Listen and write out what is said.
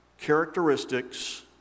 characteristics